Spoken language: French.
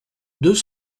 deux